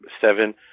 seven